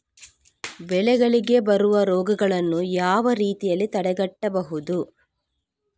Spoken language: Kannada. ಬೆಳೆಗಳಿಗೆ ಬರುವ ರೋಗಗಳನ್ನು ಯಾವ ರೀತಿಯಲ್ಲಿ ತಡೆಗಟ್ಟಬಹುದು?